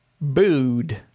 Booed